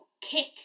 kick